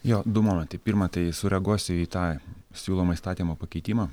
jo du momentai pirma tai sureaguosiu į tą siūlomą įstatymo pakeitimą